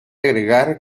agregar